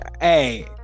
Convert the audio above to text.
Hey